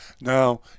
Now